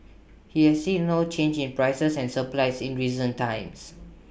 he has seen no change in prices and supplies in recent times